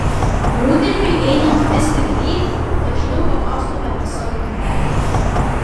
rudeniui einant vis tikryn dažniau pamąstome apie savo gyvenimą